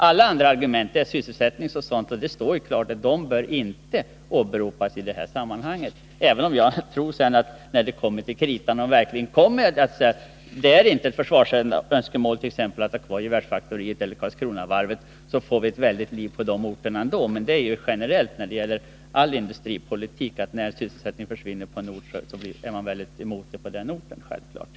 Alla andra argument, t.ex. sysselsättningsskäl, bör inte åberopas i detta sammanhang, även om jag tror att det, när det kommer till kritan och man finner att det inte är något intresse ur försvarets synpunkt att ha kvar exempelvis gevärsfaktoriet eller Karlskronavarvet, ändå blir ett förfärligt liv på de orter som det gäller. Det gäller generellt all industripolitik, att när sysselsättningen försvinner på en ort, så är man emot det på den orten. Det är självklart.